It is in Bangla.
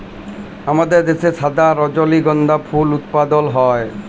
আমাদের দ্যাশে সাদা রজলিগন্ধা ফুল উৎপাদল হ্যয়